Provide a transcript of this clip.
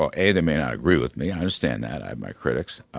ah a they may not agree with me, i understand that, i have my critics,